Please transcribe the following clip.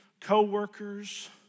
co-workers